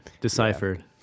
deciphered